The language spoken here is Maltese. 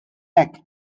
hekk